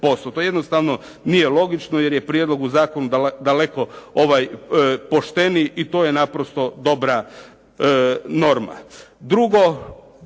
to jednostavno nije logično jer je prijedlog u zakonu daleko pošteniji i to je naprosto dobra norma.